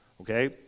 okay